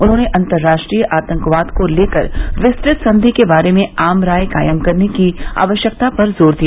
उन्होंने अंतर्राष्ट्रीय आतंकवाद को लेकर विस्तृत संधि के बारे में आम राय कायम करने की आवश्यकता पर जोर दिया